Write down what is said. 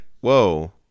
whoa